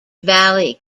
valley